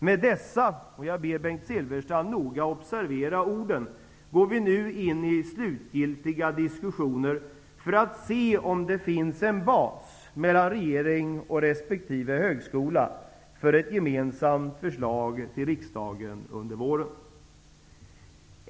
Med dessa -- och jag ber Bengt Silfverstrand noga observera orden -- går vi nu in i slutgiltiga diskussioner för att se om det finns en bas mellan regering och resp. högskola för ett gemensamt förslag till riksdagen under våren.